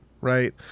right